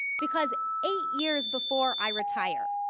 because eight years before i retire,